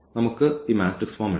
നമുക്ക് ഈ matrix form ഇടാം